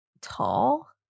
tall